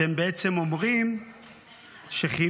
בעצם אתם אומרים שחינוך,